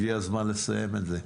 הגיע הזמן לסיים את זה.